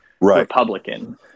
Republican